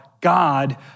God